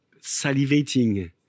salivating